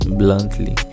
bluntly